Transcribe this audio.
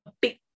big